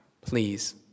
please